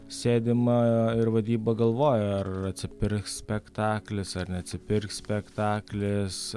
sėdima ir vadyba galvoja ar atsipirks spektaklis ar neatsipirks spektaklis